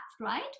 right